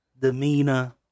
demeanor